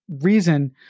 reason